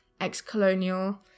ex-colonial